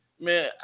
man